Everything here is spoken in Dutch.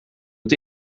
het